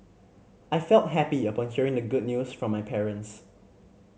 I felt happy upon hearing the good news from my parents